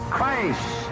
Christ